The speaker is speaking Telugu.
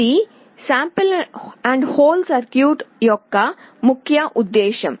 ఇది నమూనా మరియు హోల్డ్ సర్క్యూట్ యొక్క ముఖ్య ఉద్దేశ్యం